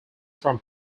from